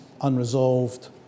unresolved